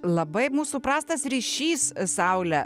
labai mūsų prastas ryšys saule